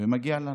מגיע לנו.